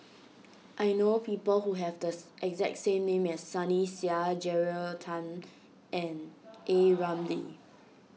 I know people who have the exact name as Sunny Sia Jeyaretnam and A Ramli